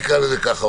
נקרא לזה ככה.